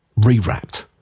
Rewrapped